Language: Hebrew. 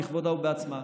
בכבודה ובעצמה,